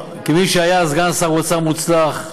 כמי שהיה סגן שר אוצר מוצלח,